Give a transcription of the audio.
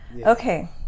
Okay